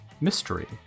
Mystery